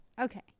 Okay